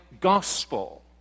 gospel